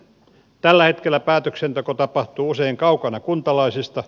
tällä hetkellä päätöksenteko tapahtuu usein kaukana kuntalaisista